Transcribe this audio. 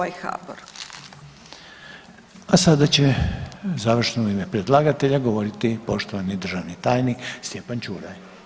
A sada će završno u ime predlagatelja govoriti poštovani državni tajnik Stjepan Čuraj.